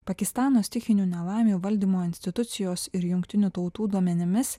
pakistano stichinių nelaimių valdymo institucijos ir jungtinių tautų duomenimis